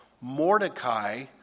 Mordecai